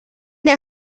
der